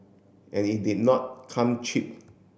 and it did not come cheap